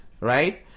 right